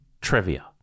Trivia